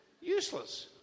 useless